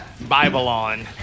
Babylon